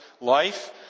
life